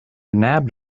nabbed